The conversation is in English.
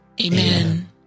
Amen